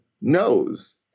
knows